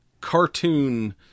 cartoon